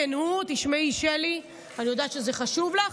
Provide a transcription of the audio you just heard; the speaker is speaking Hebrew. כשמו כן הוא, תשמעי, שלי, אני יודעת שזה חשוב לך.